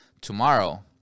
tomorrow